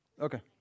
Okay